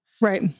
Right